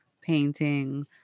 painting